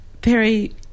Perry